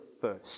first